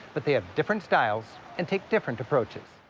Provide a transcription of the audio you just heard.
but they have different styles and take different approaches.